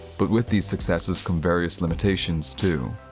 but with these successes come various limitations, too.